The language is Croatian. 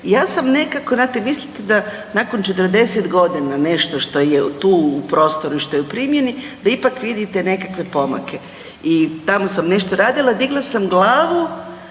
ja sam nekako, znate mislite da nakon 40 godina nešto što je tu u prostoru i što je u primjeni da ipak vidite nekakve pomake. I tamo sam nešto radila, digla sam glavu